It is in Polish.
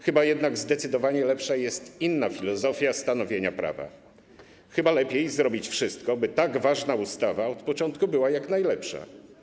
Chyba jednak zdecydowanie lepsza jest inna filozofia stanowienia prawa, chyba lepiej zrobić wszystko, by tak ważna ustawa od początku była jak najlepsza.